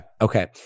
Okay